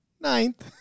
ninth